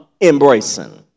embracing